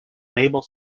enable